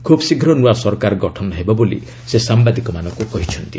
ଖୁବ୍ ଶୀଘ୍ର ନୂଆ ସରକାର ଗଠନ ହେବ ବୋଲି ସେ ସାମ୍ବାଦିକମାନଙ୍କୁ କହିଛନ୍ତି